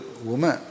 woman